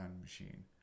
machine